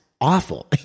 Awful